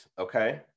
okay